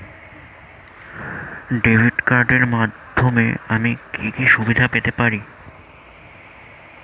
Debit কার্ডের মাধ্যমে আমি কি কি সুবিধা পেতে পারি?